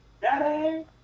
daddy